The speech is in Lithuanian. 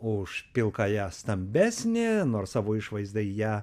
už pilkąją stambesnė nors savo išvaizda į ją